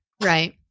right